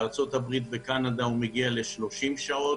בארצות הברית ובקנדה הוא מגיע ל-30 שעות.